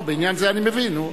בעניין זה אני מבין.